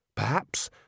Perhaps